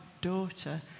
daughter